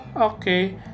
Okay